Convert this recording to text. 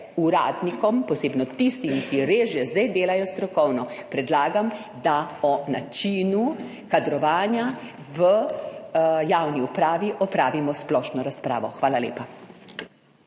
uradnikom, posebno tistim, ki res že zdaj delajo strokovno, predlagam, da o načinu kadrovanja v javni upravi opravimo splošno razpravo. Hvala lepa.